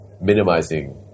minimizing